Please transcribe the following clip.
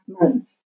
months